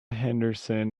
henderson